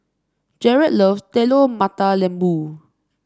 Jaret loves Telur Mata Lembu